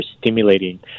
stimulating